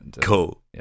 Cool